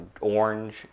orange